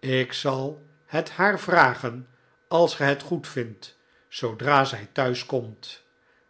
ik zal het haar vragen als ge het goedvindt zoodra zij thuis komt